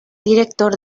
director